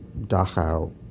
Dachau